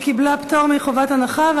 היא קיבלה פטור מחובת הנחה.